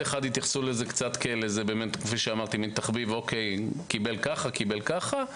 התייחסו לזה כתחביב ואז: אוקיי, קיבל כך או כך.